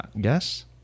Guess